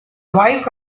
wife